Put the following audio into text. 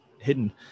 hidden